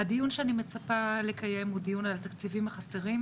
הדיון שאני מצפה לקיים הוא דיון על התקציבים החסרים,